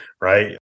right